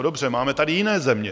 Dobře, máme tady jiné země.